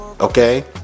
okay